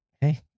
hey